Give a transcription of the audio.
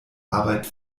arbeit